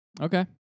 Okay